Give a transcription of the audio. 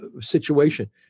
situation